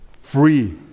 free